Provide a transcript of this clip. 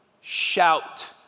shout